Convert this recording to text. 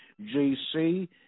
GC